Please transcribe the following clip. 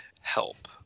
help